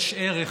יש ערך,